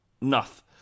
Nuth